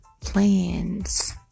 plans